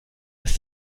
ist